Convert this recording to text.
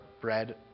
bread